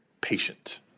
patient